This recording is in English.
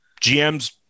GMs